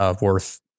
worth